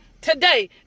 today